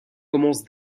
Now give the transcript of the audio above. commence